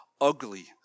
ugly